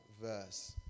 verse